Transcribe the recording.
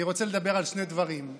אני רוצה לדבר על שני דברים.